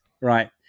right